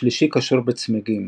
השלישי קשור בצמיגים.